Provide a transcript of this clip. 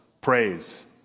Praise